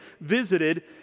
visited